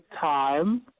time